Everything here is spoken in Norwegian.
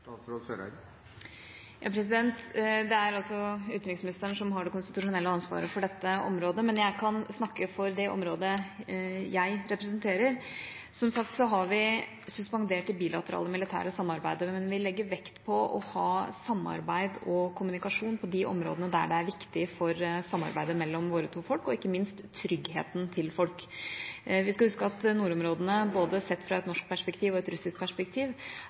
Det er utenriksministeren som har det konstitusjonelle ansvaret for dette området, men jeg kan snakke for det området jeg representerer. Som sagt har vi suspendert det bilaterale militære samarbeidet, men vi legger vekt på å ha samarbeid og kommunikasjon på de områdene der det er viktig for samarbeidet mellom våre to folk, og ikke minst tryggheten til folk. Vi skal huske på at nordområdene sett fra både et norsk perspektiv og et russisk perspektiv